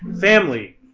family